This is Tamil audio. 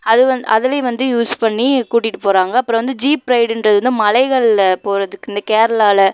அது வந்து அதிலையும் வந்து யூஸ் பண்ணி கூட்டிகிட்டு போறாங்கள் அப்புறம் வந்து ஜீப் ரைடுன்றது வந்து மலைகள்ல போறதுக்கும் இந்த கேரளாவில